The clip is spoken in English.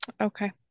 okay